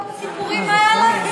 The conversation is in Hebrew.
עם כל הסיפורים האלה?